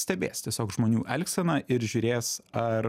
stebės tiesiog žmonių elgseną ir žiūrės ar